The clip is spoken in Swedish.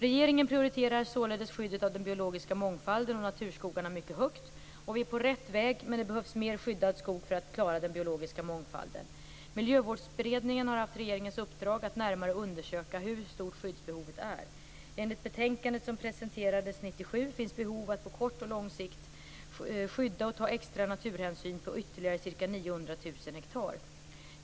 Regeringen prioriterar således skyddet av den biologiska mångfalden och naturskogarna mycket högt, och vi är på rätt väg, men det behövs mer skyddad skog för att klara den biologiska mångfalden. Miljövårdsberedningen har haft regeringens uppdrag att närmare undersöka hur stort skyddsbehovet är. Enligt betänkandet som presenterades 1997 finns behov av att på kort och lång sikt skydda och ta extra naturhänsyn på ytterligare ca 900 000 hektar.